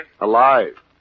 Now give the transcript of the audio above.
Alive